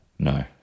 No